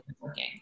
working